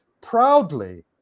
proudly